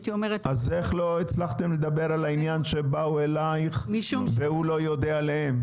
אז איך לא הצלחתם לדבר על העניין שבאו אליך והוא לא יודע כעליהם?